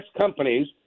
companies